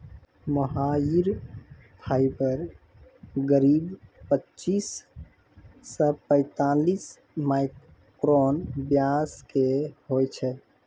मोहायिर fibre करीब पच्चीस सॅ पैतालिस माइक्रोन व्यास के होय छै